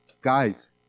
guys